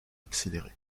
accéléré